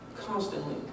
constantly